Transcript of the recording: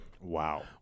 Wow